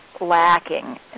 lacking